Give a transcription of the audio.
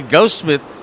Ghostsmith